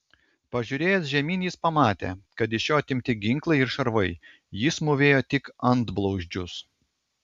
pažiūrėjęs žemyn jis pamatė kad iš jo atimti ginklai ir šarvai jis mūvėjo tik antblauzdžius